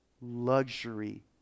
luxury